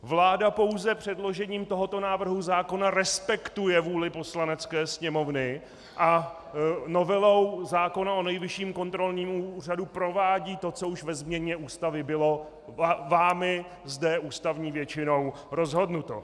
Vláda pouze předložením tohoto návrhu zákona respektuje vůli Poslanecké sněmovny a novelou zákona o Nejvyšším kontrolním úřadu provádí to, co už ve změně Ústavy bylo vámi zde ústavní většinou rozhodnuto.